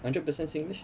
hundred percent singlish